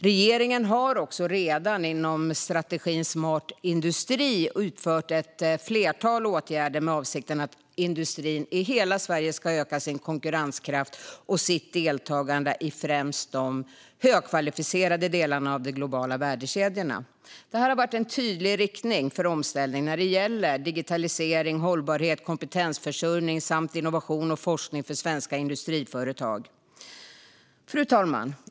Regeringen har också redan inom strategin Smart industri utfört ett flertal åtgärder med avsikten att industrin i hela Sverige ska öka sin konkurrenskraft och sitt deltagande i främst de högkvalificerade delarna av de globala värdekedjorna. Det har gett en tydlig riktning för omställningen när det gäller digitalisering, hållbarhet, kompetensförsörjning samt innovation och forskning för svenska industriföretag. Fru talman!